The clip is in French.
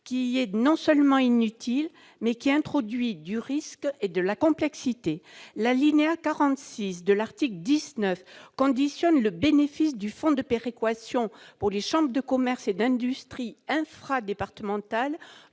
qui est non seulement inutile, mais introduit du risque et de la complexité. L'alinéa 46 de l'article 19 conditionne le bénéfice du fonds de péréquation pour les chambres de commerce et d'industrie infradépartementales